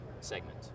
segment